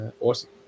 Awesome